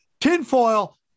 Tinfoil